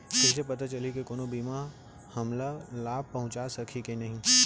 कइसे पता चलही के कोनो बीमा हमला लाभ पहूँचा सकही के नही